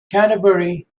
canterbury